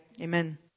Amen